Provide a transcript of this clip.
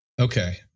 Okay